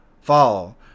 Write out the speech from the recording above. fall